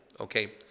Okay